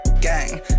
Gang